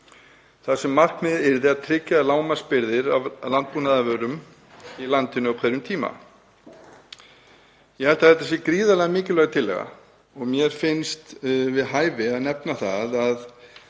Þar yrði markmiðið að tryggja lágmarksbirgðir af landbúnaðarvörum í landinu á hverjum tíma. Ég held að þetta sé gríðarlega mikilvæg tillaga og mér finnst við hæfi að nefna að